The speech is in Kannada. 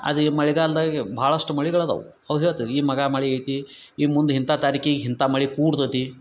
ಅದು ಈ ಮಳೆಗಾಲ್ದಾಗೆ ಭಾಳಷ್ಟು ಮಳಿಗಳದಾವೆ ಅವು ಹೇಳ್ತವೆ ಈ ಮಖಾ ಮಳೆ ಐತಿ ಇನ್ನು ಮುಂದೆ ಇಂಥ ತಾರೀಕಿಗೆ ಇಂಥ ಮಳೆ ಕೂಡ್ತತಿ